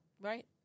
Right